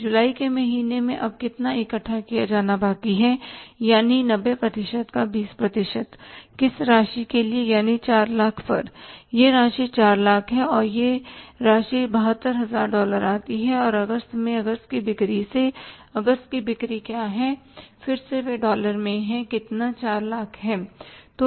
तो जुलाई के महीने में अब कितना इकट्ठा किया जाना बाकी है यानी 90 प्रतिशत का 20 प्रतिशत किस राशि के लिए यानी 400000 पर यह राशि 400000 है और यह राशि 72000 डॉलर आती है और अगस्त में अगस्त की बिक्री से अगस्त की बिक्री क्या है फिर से वे डॉलर में हैं कितना 400000 है